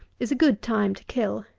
is a good time to kill.